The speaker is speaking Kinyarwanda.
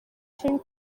cup